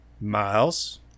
Miles